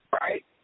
Right